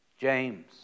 James